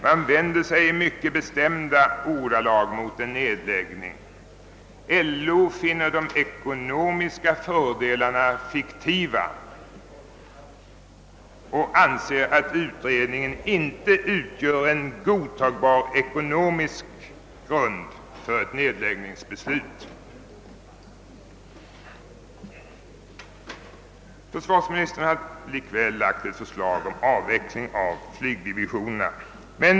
Man vänder sig i mycket bestämda ordalag mot en nedläggning, finner de ekonomiska fördelarna fiktiva och anser att utredningen inte har presterat en godiagbar ekonomisk grund för ett nedläggningsbeslut. Försvarsministern har likväl föreslagit avveckling av flygdivisionerna.